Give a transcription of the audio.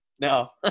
No